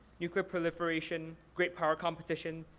nuclear proliferation, great power competition,